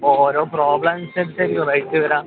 ഓരോ പ്രോബ്ലം അനുസരിച്ചായിരിക്കും റെറ്റ് വരിക